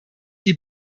die